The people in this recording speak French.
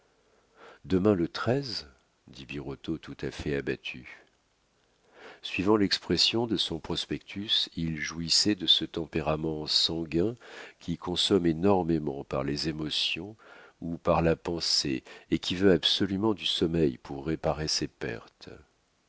demain le treize dit birotteau tout à fait abattu suivant l'expression de son prospectus il jouissait de son tempérament sanguin qui consomme énormément par les émotions ou par la pensée et qui veut absolument du sommeil pour réparer ses pertes